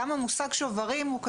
גם המושג שוברים הוא כזה,